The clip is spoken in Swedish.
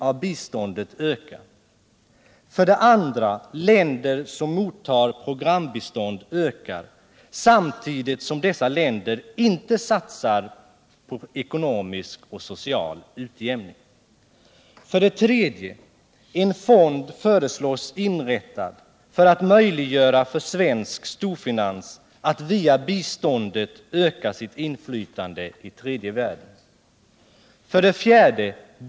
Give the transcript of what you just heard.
Antalet länder som mottar programbistånd ökar, samtidigt som dessa länder inte satsar på ekonomisk och social utjämning. 3. En fond föreslås inrättas för att möjliggöra för svensk storfinans att via biståndet öka sitt inflytande i tredje världen. 4.